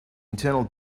internal